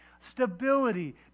stability